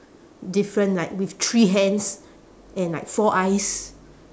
different like with three hands and like four eyes